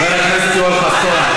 חבר הכנסת יואל חסון.